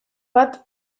bat